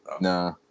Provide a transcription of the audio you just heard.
nah